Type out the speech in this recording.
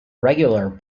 regular